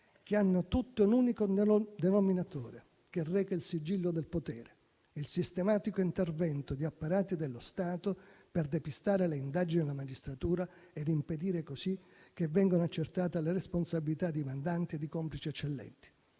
che hanno tutte un unico denominatore che reca il sigillo del potere, il sistematico intervento di apparati dello Stato per depistare le indagini della magistratura e impedire così che vengano accertate le responsabilità di mandanti e di complici eccellenti.